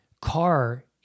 car